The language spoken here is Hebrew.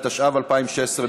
התשע"ו 2016,